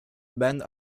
band